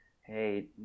hey